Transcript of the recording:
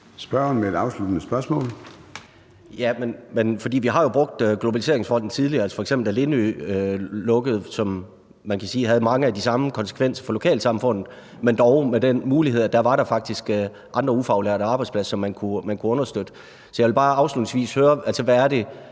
Spørgeren med et afsluttende spørgsmål. Kl. 13:33 Peder Hvelplund (EL): Vi har jo brugt Globaliseringsfonden tidligere, f.eks. da Lindøværftet lukkede, hvilket man kan sige havde mange af de samme konsekvenser for lokalsamfundet, men hvor der dog var den mulighed, at der faktisk var andre arbejdspladser for ufaglærte, som man kunne understøtte. Så jeg vil bare afslutningsvis høre, hvad det